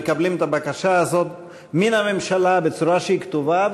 אנחנו מקבלים את הבקשה הזאת מן הממשלה בצורה שהיא כתובה,